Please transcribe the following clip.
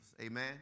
Amen